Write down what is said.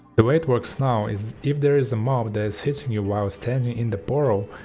the way it works now is if there is a mob that is hitting you while standing in the portal,